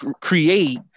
create